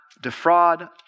defraud